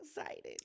excited